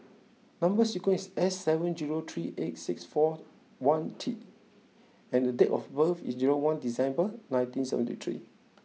number sequence is S seven zero three eight six four one T and date of birth is zero one December nineteen seventy three